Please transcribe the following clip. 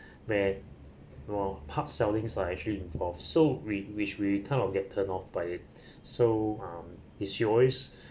where where hard selling are actually involved so we which we kind of get turned off by it so um she always